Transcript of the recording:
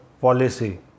policy